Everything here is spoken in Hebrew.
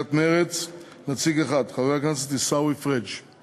לסיעת מרצ, נציג אחד, חבר הכנסת עיסאווי פריג';